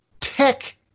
Tech